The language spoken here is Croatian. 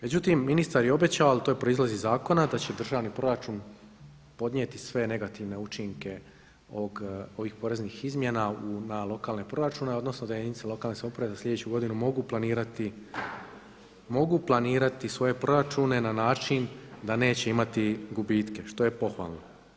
Međutim, ministar je obećao, ali to proizlazi iz zakona da će državni proračun podnijeti sve negativne učinke ovih poreznih izmjena na lokalne proračune, odnosno da jedinice lokalne samouprave za sljedeću godinu mogu planirati svoje proračune na način da neće imati gubitke što je pohvalno.